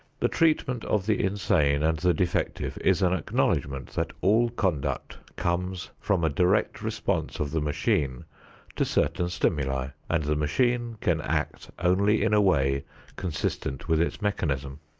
the treatment of the insane and the defective is an acknowledgment that all conduct comes from a direct response of the machine to certain stimuli and the machine can act only in a way consistent with its mechanism.